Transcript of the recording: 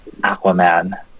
Aquaman